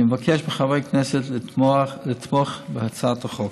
אני מבקש מחברי הכנסת לתמוך בהצעת החוק.